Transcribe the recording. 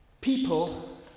people